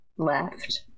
left